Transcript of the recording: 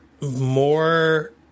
more